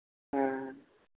हाँ